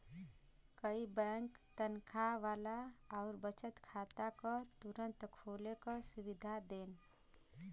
कई बैंक तनखा वाला आउर बचत खाता क तुरंत खोले क सुविधा देन